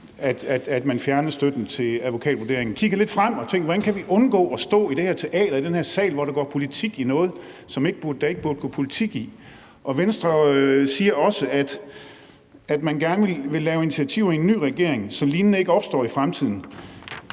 at man fjernede støtten til advokatvurderingen, kigget lidt frem og tænkt: Hvordan kan vi undgå at stå i det her teater i den her sal, hvor der går politik i noget, som der ikke burde gå politik i? Og Venstre siger også, at man gerne vil tage initiativer i en ny regering, så noget lignende ikke opstår i fremtiden.